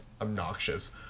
obnoxious